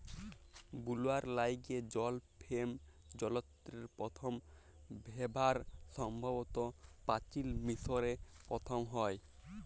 বুলার ল্যাইগে জল ফেম যলত্রের পথম ব্যাভার সম্ভবত পাচিল মিশরে পথম হ্যয়